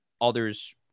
others